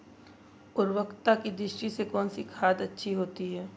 उर्वरकता की दृष्टि से कौनसी खाद अच्छी होती है?